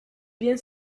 bien